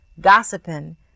gossiping